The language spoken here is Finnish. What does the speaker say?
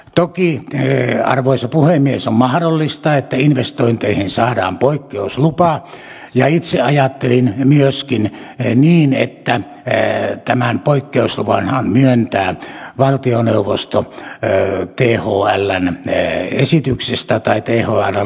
toki arvoisa puhemies on mahdollista että investointeihin saadaan poikkeuslupa ja itse ajattelin myöskin niin että tämän poikkeusluvanhan myöntää valtioneuvosto thln esityksestä tai thln lausunnon saatuaan